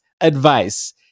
advice